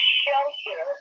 shelter